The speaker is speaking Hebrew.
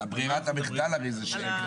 ברירת המחדל הרי זה שאין כרגע